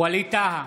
ווליד טאהא,